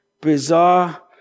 bizarre